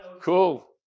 cool